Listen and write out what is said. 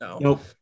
nope